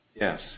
Yes